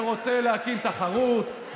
שרוצה להקים תחרות,